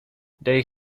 they